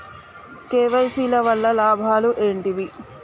KYC వల్ల లాభాలు ఏంటివి?